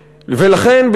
ולכן,